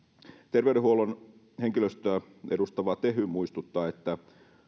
terveydenhuollon henkilöstöä edustava tehy muistuttaa että